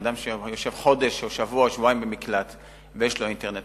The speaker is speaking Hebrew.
אדם שיושב חודש או שבוע במקלט ויש לו אינטרנט,